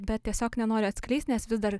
bet tiesiog nenoriu atskleist nes vis dar